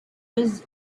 was